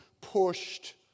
pushed